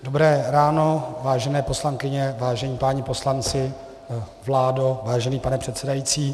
Dobré ráno, vážené paní poslankyně, vážení páni poslanci, vládo, vážený pane předsedající.